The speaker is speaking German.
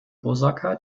osaka